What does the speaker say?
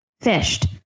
fished